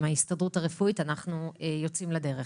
עם ההסתדרות הרפואית אנחנו יוצאים לדרך.